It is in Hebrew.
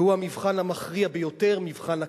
והוא המבחן המכריע ביותר, מבחן הקלפי.